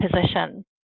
position